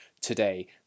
today